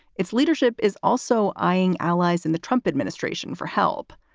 its leadership is also eyeing allies in the trump administration for help.